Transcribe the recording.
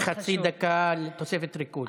תוספת של חצי דקה, תוספת ריכוז.